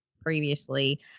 previously